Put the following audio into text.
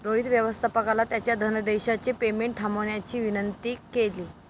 रोहित व्यवस्थापकाला त्याच्या धनादेशचे पेमेंट थांबवण्याची विनंती केली